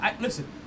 listen